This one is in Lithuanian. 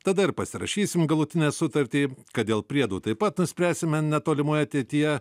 tada ir pasirašysim galutinę sutartį kad dėl priedų taip pat spręsime netolimoje ateityje